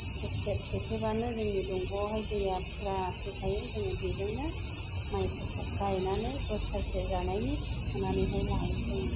sluice gate थेथेब्लानो जोंनि दंग'आवहाय दैया फुरा फैखायो जोङो बेजोंनो माइफोरखौ गायनानै बोसोरसे जानायनि थिखोनानैहाय लायो जोङो